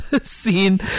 scene